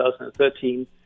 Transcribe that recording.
2013